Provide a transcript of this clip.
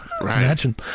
Imagine